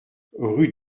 rue